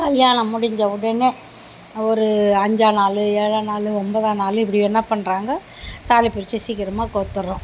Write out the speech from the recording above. கல்யாணம் முடிஞ்ச உடனே ஒரு அஞ்சாநாள் ஏழாநாள் ஒம்போதாநாள் இப்படி என்ன பண்ணுறாங்க தாலிப்பிரித்து சீக்கிரமாக கோத்துர்றோம்